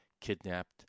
kidnapped